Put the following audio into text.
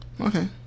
okay